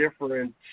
different –